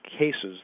cases